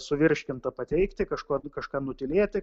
suvirškintą pateikti kažkuo kažką nutylėti